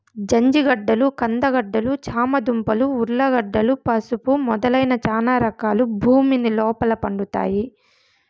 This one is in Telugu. జంజిగడ్డలు, కంద గడ్డలు, చామ దుంపలు, ఉర్లగడ్డలు, పసుపు మొదలైన చానా రకాలు భూమి లోపల పండుతాయి